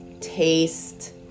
taste